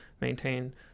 maintain